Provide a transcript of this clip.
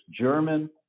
German